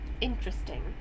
interesting